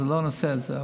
אז לא נעשה את זה.